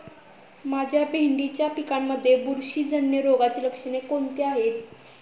माझ्या भेंडीच्या पिकामध्ये बुरशीजन्य रोगाची लक्षणे कोणती आहेत?